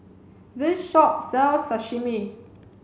this shop sells Sashimi